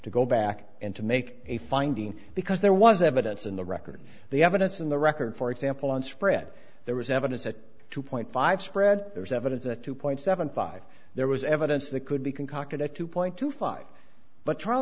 to go back and to make a finding because there was evidence in the record the evidence in the record for example and spread there was evidence that two point five spread there's evidence that two point seven five there was evidence that could be concocted at two point two five but trial